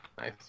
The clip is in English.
nice